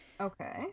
Okay